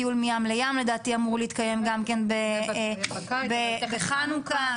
טיול מים לים גם כן אמור להתקיים נדמה לי בחנוכה.